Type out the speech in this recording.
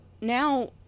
now